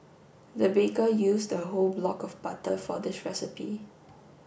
the baker used a whole block of butter for this recipe